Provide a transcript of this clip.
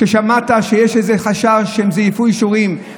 כששמעת שיש איזה חשש שהם זייפו אישורים,